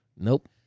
nope